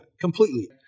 completely